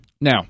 Now